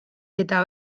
eta